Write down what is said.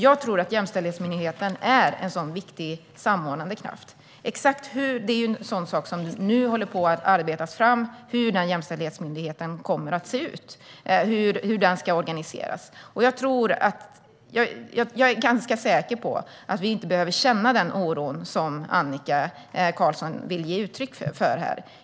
Jag tror att jämställdhetsmyndigheten är en viktig samordnande kraft. Exakt hur den ska se ut och hur den ska organiseras är en sådan sak som man nu håller på att arbeta fram. Jag är ganska säker på att vi inte behöver känna den oro som Annika Qarlsson vill ge uttryck för här.